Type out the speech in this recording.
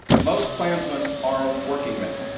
most klansmen are working men.